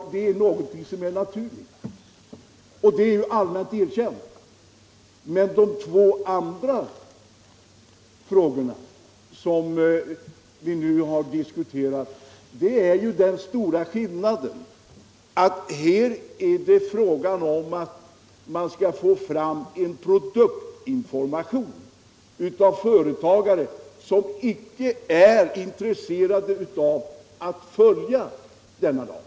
Det är någonting som är naturligt, och det är allmänt erkänt. Men det är två andra frågor som vi nu har diskuterat. Här gäller det att få fram en produktinformation från företagare som inte är intresserade av att följa denna lag.